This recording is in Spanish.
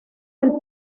del